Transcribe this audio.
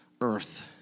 earth